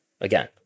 Again